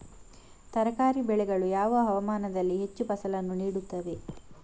ತರಕಾರಿ ಬೆಳೆಗಳು ಯಾವ ಹವಾಮಾನದಲ್ಲಿ ಹೆಚ್ಚು ಫಸಲನ್ನು ನೀಡುತ್ತವೆ?